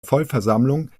vollversammlung